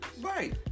Right